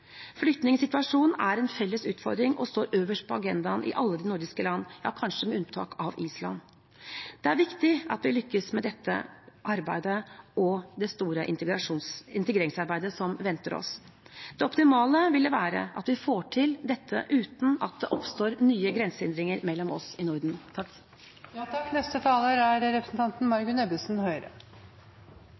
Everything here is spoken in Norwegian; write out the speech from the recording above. Flyktningsituasjonen er en felles utfordring og står øverst på agendaen i alle de nordiske landene, kanskje med unntak av Island. Det er viktig at vi lykkes med dette arbeidet og det store integreringsarbeidet som venter oss. Det optimale vil være at vi får til dette uten at det oppstår nye grensehindringer mellom oss i Norden.